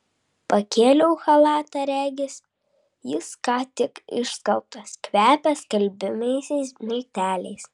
pakėliau chalatą regis jis ką tik išskalbtas kvepia skalbiamaisiais milteliais